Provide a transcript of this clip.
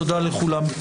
תודה לכולם.